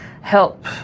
help